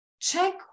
check